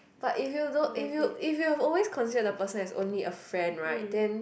but if you don't if you if you've always considered the person as only a friend right then